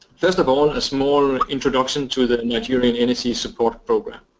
first of all a small introduction to the nigerian energy support program.